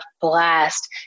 blast